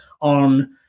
on